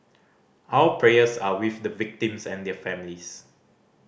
our prayers are with the victims and their families